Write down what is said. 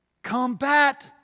combat